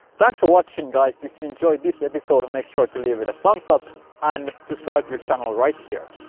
thanks for watching guys! if you enjoyed this episode make sure to leave it a thumbs up and subscribe to the channel right here!